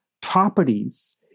properties